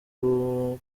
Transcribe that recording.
n’uwo